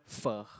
fur